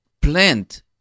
plant